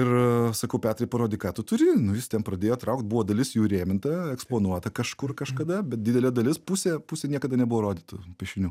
ir sakau petrai parodyk ką tu turi nu jis ten pradėjo traukt buvo dalis jų įrėminta eksponuota kažkur kažkada bet didelė dalis pusė pusė niekada nebuvo rodytų piešinių